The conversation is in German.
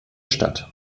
stadt